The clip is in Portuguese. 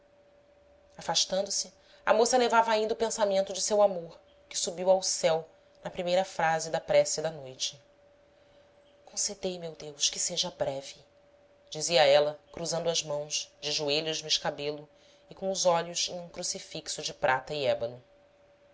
a fará sua afastando-se a moça levava ainda o pensamento de seu amor que subiu ao céu na primeira frase da prece da noite concedei meu deus que seja breve dizia ela cruzando as mãos de joelhos no escabelo e com os olhos em um crucifixo de prata e